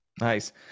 Nice